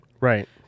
right